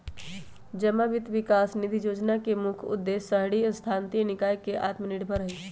जमा वित्त विकास निधि जोजना के मुख्य उद्देश्य शहरी स्थानीय निकाय के आत्मनिर्भर हइ